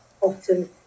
often